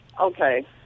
Okay